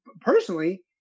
personally